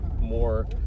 more